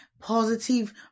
positive